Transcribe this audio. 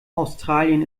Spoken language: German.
australien